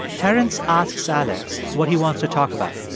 terence asks alex what he wants to talk about.